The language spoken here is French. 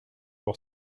pour